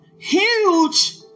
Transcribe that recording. Huge